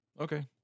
Okay